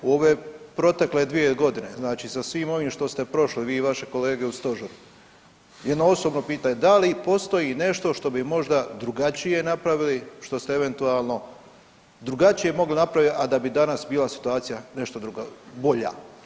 U ove protekle dvije godine, znači sa svim ovim što ste prošli vi i vaše kolege u Stožeru jedno osobno pitanje da li postoji nešto što bi drugačije napravili što ste eventualno drugačije mogli napraviti, a da bi danas bila situacija nešto bolja.